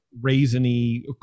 raisiny